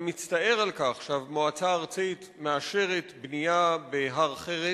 אני מצטער על כך שהמועצה הארצית מאשרת בנייה בהר חרת,